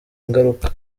ingaruka